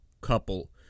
couple